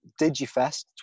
Digifest